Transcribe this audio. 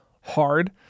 hard